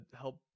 help